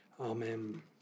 Amen